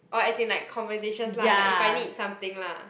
orh as in like conversation lah like if I need something lah